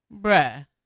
bruh